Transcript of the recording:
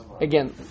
again